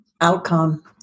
outcome